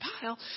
Pile